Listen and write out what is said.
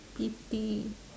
petty